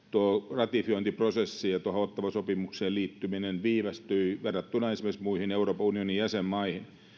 ratifiointiprosessi ja ottawan sopimukseen liittyminen viivästyi verrattuna esimerkiksi muihin euroopan unionin jäsenmaihin